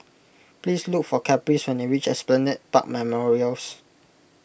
please look for Caprice when you reach Esplanade Park Memorials